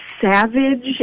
Savage